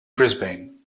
brisbane